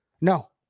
No